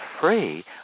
free